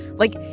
like,